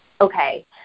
Okay